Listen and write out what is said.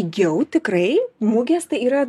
jau tikrai mugės tai yra